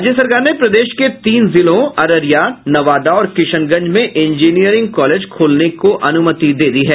राज्य सरकार ने प्रदेश के तीन जिलों अररिया नवादा और किशनगंज में इंजीनियरिंग कॉलेज खोलने की अनुमति दे दी है